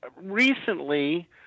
recently